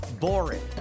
boring